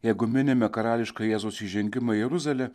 jeigu minime karališką jėzaus įžengimą į jeruzalę